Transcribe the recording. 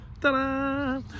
ta-da